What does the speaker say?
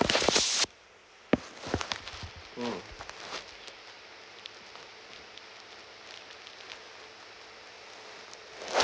mm